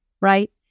right